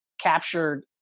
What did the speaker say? captured